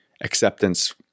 acceptance